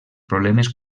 problemes